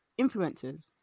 influencers